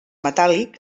metàl·lic